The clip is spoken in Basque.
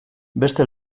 beste